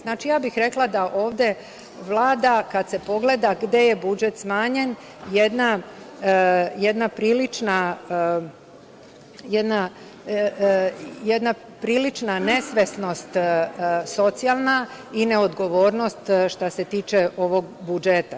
Znači, ja bih rekla da ovde vlada, kad se pogleda gde je budžet smanjen, jedna prilična nesvesnost socijalna i neodgovornost, što se tiče ovog budžeta.